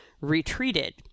retreated